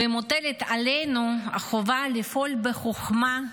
ומוטלת עלינו החובה לפעול בחוכמה,